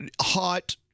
hot